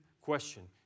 question